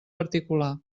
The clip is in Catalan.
particular